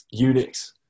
Unix